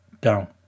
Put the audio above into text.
Down